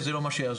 זה לא מה שיעזור.